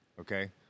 Okay